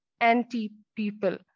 anti-people